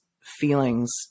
feelings